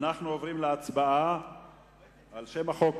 אנחנו עוברים להצבעה על שם החוק.